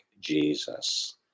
Jesus